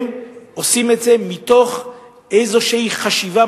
הם עושים את זה מתוך איזו חשיבה,